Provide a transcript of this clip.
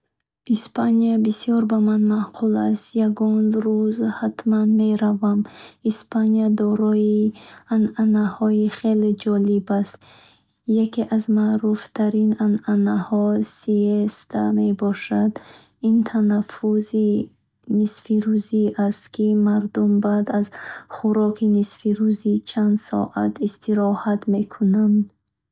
Испания бисер ба ман махкул хаст. Ягон руз хатман меравам. Испания дорои анъанаҳои хеле ҷолиб аст. Яке аз маъруфтарин анъанаҳо — “Сиеста” мебошад. Ин танаффуси нисфирӯзӣ аст, ки мардум баъд аз хӯроки нисфирӯзӣ чанд соат истироҳат мекунанд.